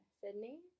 sydney